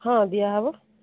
ହଁ ଦିଆହେବ